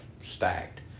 stacked